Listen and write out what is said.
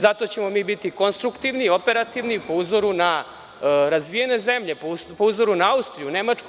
Zato ćemo mi biti konstruktivni i operativni, po uzoru na razvijene zemlje, po uzoru na Austriju, Nemačku.